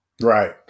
Right